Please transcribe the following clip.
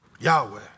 Yahweh